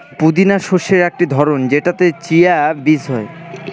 পুদিনা শস্যের একটি ধরন যেটাতে চিয়া বীজ হয়